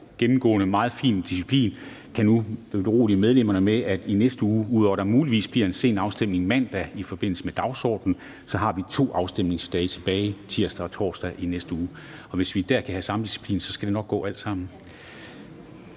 gennemgående meget fin disciplin. Jeg kan nu berolige medlemmerne med, at i næste uge, ud over at der muligvis bliver en sen afstemning mandag i forbindelse med dagsordenen, har vi to afstemningsdage tilbage, nemlig tirsdag og torsdag. Hvis vi der kan have samme disciplin, skal det nok gå alt sammen.